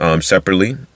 separately